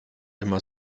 immer